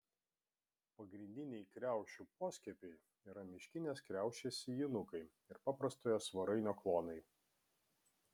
pagrindiniai kriaušių poskiepiai yra miškinės kriaušės sėjinukai ir paprastojo svarainio klonai